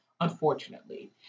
unfortunately